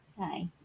Hi